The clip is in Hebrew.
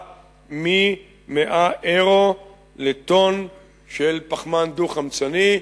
מ-100 יורו לטונה אחת של פחמן דו-חמצני.